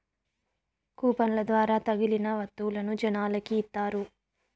కూపన్ల ద్వారా తగిలిన వత్తువులను జనాలకి ఇత్తారు